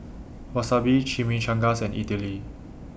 Wasabi Chimichangas and Idili